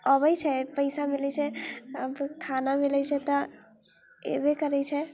अबैत छै पैसा मिलैत छै अब खाना मिलैत छै तऽ अयबे करैत छै